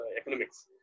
economics